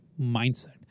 mindset